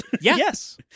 Yes